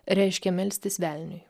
reiškia melstis velniui